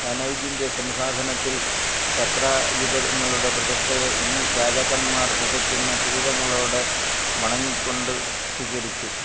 കനൗജിന്റെ സിംഹാസനത്തിൽ ചക്രായുധങ്ങളുടെ പ്രതിഷ്ഠയെ ഈ രാജാക്കന്മാർ വിതയ്ക്കുന്ന കിരീടങ്ങളോടെ വണങ്ങിക്കൊണ്ട് സ്വീകരിച്ചു